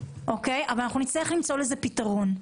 אבל נצטרך למצוא לזה פתרון.